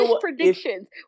predictions